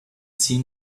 seen